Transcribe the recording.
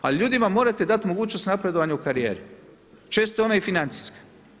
Ali ljudima morate dati mogućnost napredovanja u karijeri, često ona i financijska.